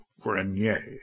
Grenier